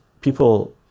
people